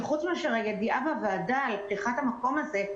כי חוץ מאשר הידיעה בוועדה על פתיחת המקום הזה,